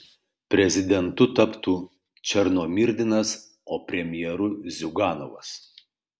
prezidentu taptų černomyrdinas o premjeru ziuganovas